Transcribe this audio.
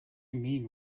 mean